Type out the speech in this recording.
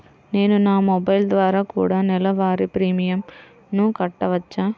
నేను నా మొబైల్ ద్వారా కూడ నెల వారి ప్రీమియంను కట్టావచ్చా?